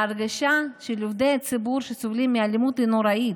ההרגשה של עובדי הציבור שסובלים מאלימות היא נוראית,